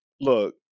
Look